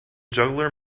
juggler